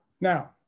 Now